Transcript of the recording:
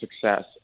success